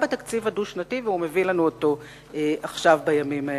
הפעם בתקציב הדו-שנתי שהוא מביא לנו בימים האלה.